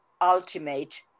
ultimate